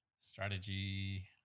strategy